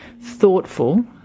thoughtful